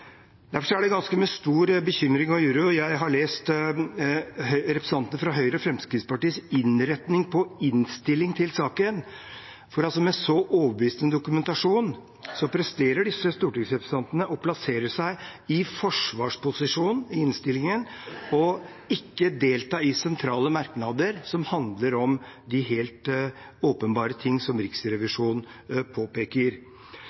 Derfor er det med ganske stor bekymring og uro jeg har lest representantene fra Høyre og Fremskrittspartiets innretning på innstilling til saken, for med så overbevisende dokumentasjon presterer disse stortingsrepresentantene å plassere seg i forsvarsposisjon i innstillingen, og ikke å delta i sentrale merknader som handler om de helt åpenbare ting som